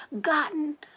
gotten